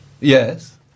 Yes